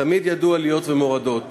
תמיד ידעו עליות ומורדות.